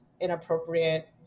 inappropriate